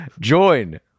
Join